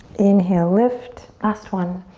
inhale, lift, last one.